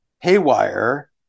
Haywire